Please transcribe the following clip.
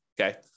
Okay